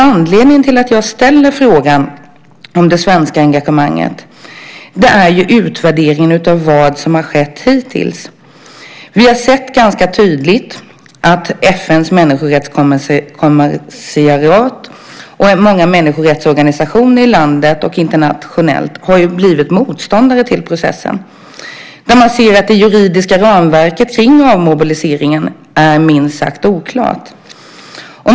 Anledningen till att jag ställer frågan om det svenska engagemanget gäller utvärderingen av vad som skett hittills. Vi har ganska tydligt kunnat se att FN:s människorättskommissariat och många människorättsorganisationer, både inne i landet och internationellt, blivit motståndare till processen när de sett att det juridiska ramverket kring avmobiliseringen är minst sagt oklart.